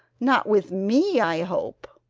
not with me, i hope?